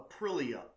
Aprilia